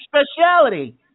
speciality